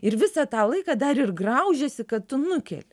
ir visą tą laiką dar ir graužėsi kad tu nukeli